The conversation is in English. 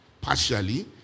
partially